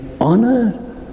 honor